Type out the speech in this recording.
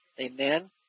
Amen